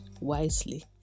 wisely